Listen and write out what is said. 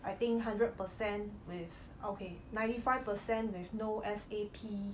I think hundred percent with okay ninety five percent with no S_A_P